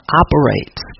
operates